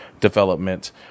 development